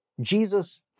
Jesus